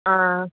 आं